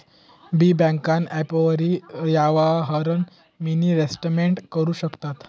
बी ब्यांकना ॲपवरी यवहारना मिनी स्टेटमेंट करु शकतंस